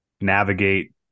navigate